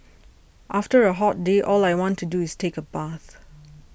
after a hot day all I want to do is take a bath